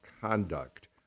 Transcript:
conduct